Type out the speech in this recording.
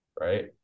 Right